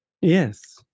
Yes